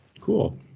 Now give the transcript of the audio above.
cool